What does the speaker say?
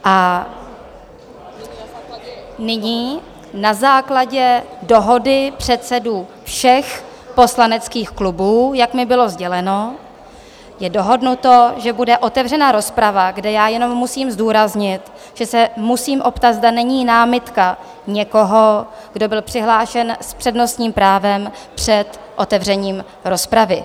A nyní na základě dohody předsedů všech poslaneckých klubů, jak mi bylo sděleno, je dohodnuto, že bude otevřena rozprava, kde já jenom musím zdůraznit, že se musím optat, zda není námitka někoho, kdo byl přihlášen s přednostním právem před otevřením rozpravy.